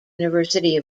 university